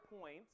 points